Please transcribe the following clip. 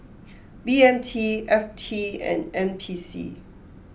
B M T F T and N P C